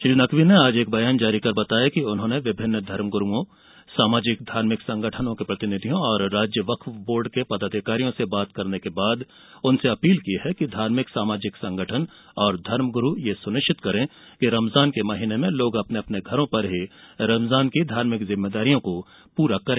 श्री नकवी ने आज एक बयान जारी कर बताया कि उन्होंने विभिन्न धर्मग्रुओं सामाजिक धार्मिक संगठनों के प्रतिनिधियों राज्य वक्फ बोर्ड के पदाधिकारियों से बात करने के बाद उनसे अपील की है कि धार्मिक सामाजिक संगठन और धर्मगुरु यह सुनिश्चित करें कि रमजान के महीने में लोग अपने अपने घरों पर रमजान की धार्मिक जिम्मेदारियों को पुरा करें